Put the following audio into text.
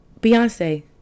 Beyonce